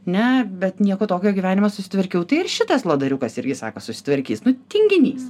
ne bet nieko tokio gyvenime susitvarkiau tai ir šitas lodariukas irgi sako susitvarkys nu tinginys